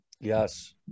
Yes